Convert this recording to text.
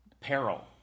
peril